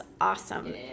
awesome